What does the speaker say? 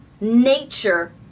nature